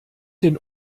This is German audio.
den